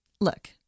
look